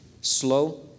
Slow